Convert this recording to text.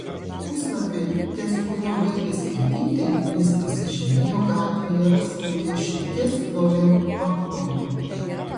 puslapį ties kuriuo baigė skaityti jis pasižymėjo gatvėje rastu dešimties dolerių banknotu